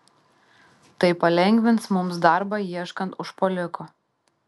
tai palengvins mums darbą ieškant užpuoliko